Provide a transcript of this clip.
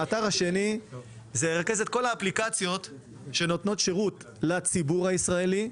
האתר השני ירכז את כל האפליקציות שנותנות שירות לציבור הישראלי,